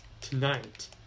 tonight